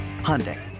Hyundai